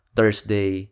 Thursday